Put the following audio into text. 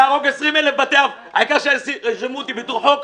להרוג 20,000 בתי אב, העיקר שירשמו אותי בתור חוק?